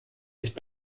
nicht